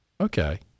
Okay